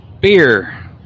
Beer